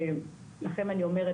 שלכם אני אומרת,